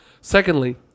Secondly